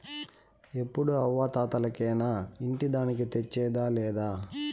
ఎప్పుడూ అవ్వా తాతలకేనా ఇంటి దానికి తెచ్చేదా లేదా